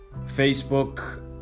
Facebook